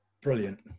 brilliant